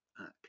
act